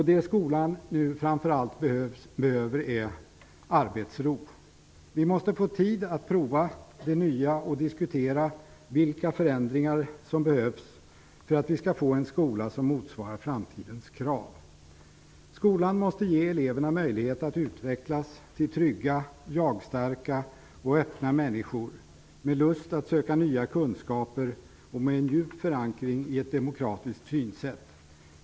Det skolan nu framför allt behöver är arbetsro. Vi måste få tid att prova det nya och att diskutera vilka förändringar som behövs för att vi skall få en skola som motsvarar framtidens krav. Skolan måste ge eleverna möjligheter att utvecklas till trygga, jagstarka och öppna människor med lust att söka nya kunskaper och med en djup förankring i ett demokratiskt synsätt.